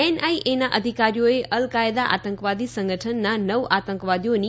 એનઆઈએના અધિકારીઓએ Al Qaeda આતંકવાદી સંગઠનના નવ આતંકવાદીઓની